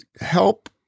help